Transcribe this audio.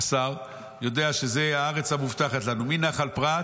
והוא יודע שזאת הארץ המובטחת לנו, מנחל פרת